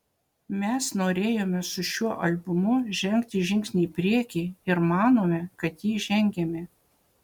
mes norėjome su šiuo albumu žengti žingsnį į priekį ir manome kad jį žengėme